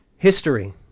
History